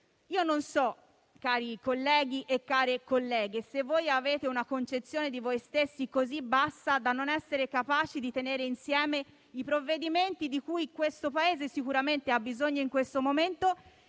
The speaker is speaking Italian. Io non so, cari colleghi e care colleghe, se voi avete una concezione di voi stessi così bassa da non essere capaci di tenere insieme i provvedimenti di cui il Paese sicuramente ha bisogno in questo momento